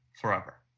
forever